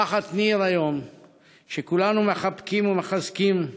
משפחת ניר, שכולנו מחבקים ומחזקים,